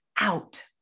out